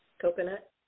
Coconut